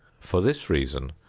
for this reason,